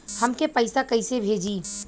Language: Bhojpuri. हमके पैसा कइसे भेजी?